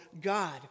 God